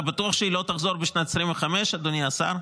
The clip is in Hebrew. אתה בטוח שהיא לא תחזור בשנת 2025, אדוני השר?